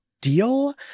deal